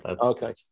Okay